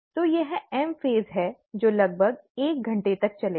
तो यह M phase है जो लगभग एक घंटे तक चलेगा